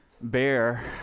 bear